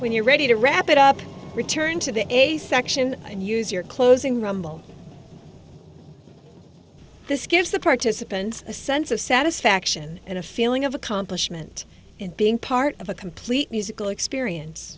when you're ready to wrap it up return to the a section and use your closing rumble this gives the participants a sense of satisfaction and a feeling of accomplishment in being part of a complete musical